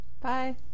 Bye